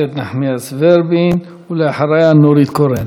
איילת נחמיאס ורבין, ואחריה, נורית קורן.